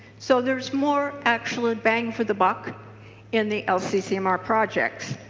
so there is more actual bang for the buck in the lccmr projects.